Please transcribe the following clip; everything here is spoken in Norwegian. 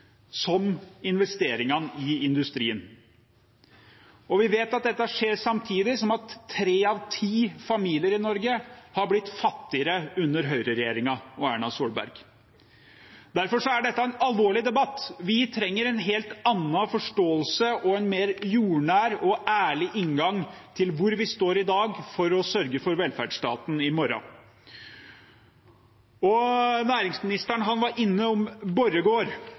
som investeringene i industrien. Vi vet at dette skjer samtidig som tre av ti familier i Norge har blitt fattigere under høyreregjeringen og Erna Solberg. Derfor er dette en alvorlig debatt. Vi trenger en helt annen forståelse og en mer jordnær og ærlig inngang til hvor vi står i dag, for å sørge for velferdsstaten i morgen. Næringsministeren var